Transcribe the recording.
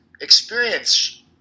experience